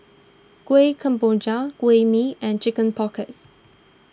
Kuih Kemboja Kuih Mee and Chicken Pocket